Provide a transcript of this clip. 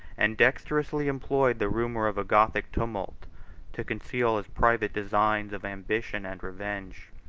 and dexterously employed the rumor of a gothic tumult to conceal his private designs of ambition and revenge.